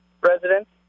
residents